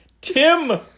Tim